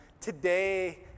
Today